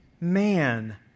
man